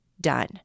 done